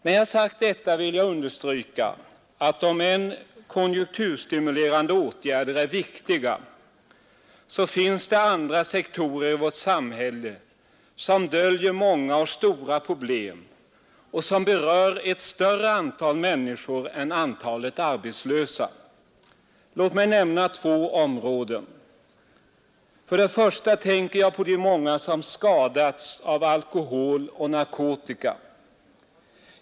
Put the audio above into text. När jag sagt detta, vill jag understryka att om än konjunkturstimulerande åtgärder är viktiga, så finns det andra sektorer i vårt samhälle som döljer många och stora problem och som berör ett större antal människor än antalet arbetslösa. Låt mig nämna två områden. För det första tänker jag på de många som skadats av alkohol och narkotika.